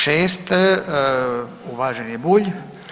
6., uvaženi Bulj.